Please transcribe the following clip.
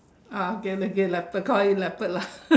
ah okay okay call it leopard lah